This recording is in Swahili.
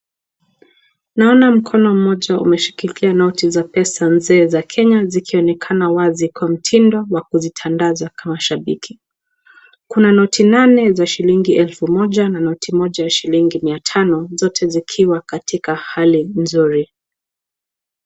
Naona mkono mmoja umeshikilia noti za pesa nzee za Kenya zikionekana wazi kwa mtindo wa kuzitandaza wazi kama shabiki. Kuna noti nane za shilingi elfu moja na noti moja na noti moja ya shilingi mia tano zote zikiwa katika hali nzuri.